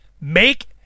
Make